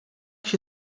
się